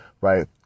right